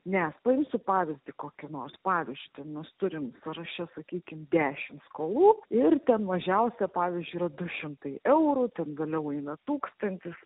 nes paimsiu pavyzdį kokį nors pavyzdžiui ten mes turim sąraše sakykim dešim skolų ir ten mažiausia pavyzdžiui yra du šimtai eurų ten vėliau eina tūkstantis